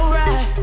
right